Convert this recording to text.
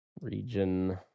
region